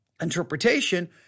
interpretation